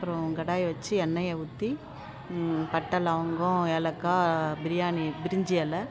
அப்பறம் கடாயை வச்சு எண்ணெயை ஊற்றி பட்ட லவங்கம் ஏலக்காய் பிரியாணி பிரிஞ்சு எலை